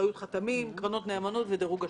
אחריות חתמים, קרנות נאמנות ודירוג אשראי.